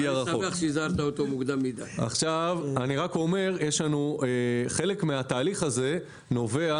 רק אומר שחלק מהתהליך הזה נובע